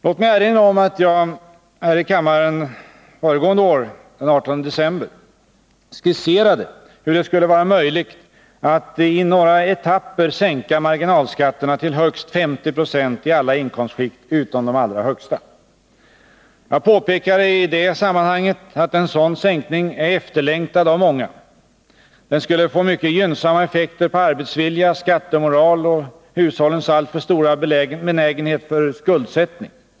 Låt mig erinra om att jag här i kammaren föregående år, den 18 december, skisserade hur det skulle vara möjligt att i några etapper sänka marginalskatterna till högst 50 96 i alla inkomstskikt utom de allra högsta. Jag påpekade i det sammanhanget att en sådan sänkning är efterlängtad av många. Den skulle få mycket gynnsamma effekter på arbetsvilja, skattemoral och hushållens alltför stora benägenhet för skuldsättning.